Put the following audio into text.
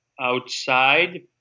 outside